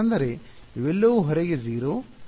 ಆದ್ದರಿಂದ ಇವೆಲ್ಲವೂ ಹೊರಗೆ 0